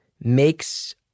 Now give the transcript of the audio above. makes